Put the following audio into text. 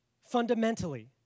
Fundamentally